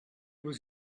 was